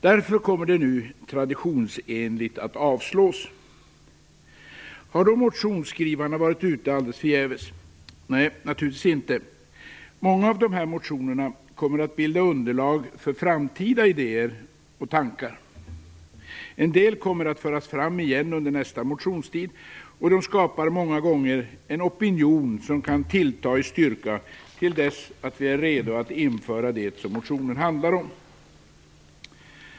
Därför kommer de nu traditionsenligt att avslås. Har då motionsskrivarna varit ute alldeles förgäves? Nej, naturligtvis inte. Många av de här motionerna kommer att bilda underlag för framtida idéer och tankar. En del kommer att föras fram igen under nästa motionsperiod, och de skapar många gånger en opinion som kan tillta i styrka till dess vi är redo att införa det som motionerna handlar om.